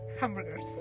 hamburgers